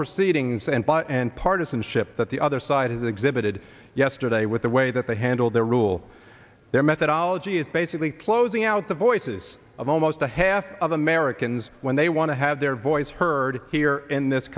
proceedings and by and partisanship that the other side has exhibited yesterday with the way that they handle their rule their methodology is basically closing out the voices of almost a half of americans when they want to have their voice heard here in this